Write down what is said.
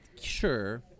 Sure